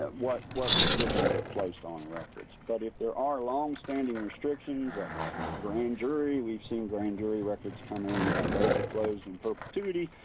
ah what what restrictions are placed on records. but if there are longstanding restrictions, and grand jury, we've seen grand jury records come in, those are closed in perpetuity.